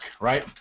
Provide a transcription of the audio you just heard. right